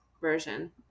version